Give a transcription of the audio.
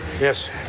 Yes